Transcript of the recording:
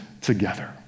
together